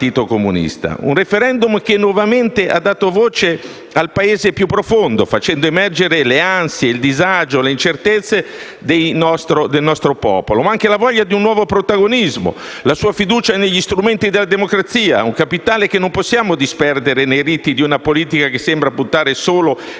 Un *referendum* che nuovamente ha dato voce al Paese più profondo, facendo emergere le ansie, il disagio, le incertezze del nostro popolo, ma anche la voglia di un nuovo protagonismo, la sua fiducia negli strumenti della democrazia, un capitale che non possiamo disperdere nei riti di una politica che sembra puntare solo ed esclusivamente